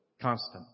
Constant